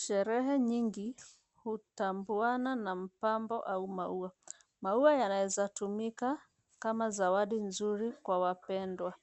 Sherehe nyingi, hutambuana na mapambo au maua. Maua yanaeza tumika kama zawadi nzuri kwa wapendwa.